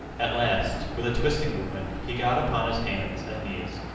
at last, with a twisting movement, he got upon his hands and knees,